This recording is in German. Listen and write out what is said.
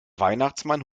weihnachtsmann